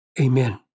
Amen